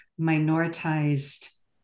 minoritized